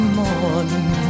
morning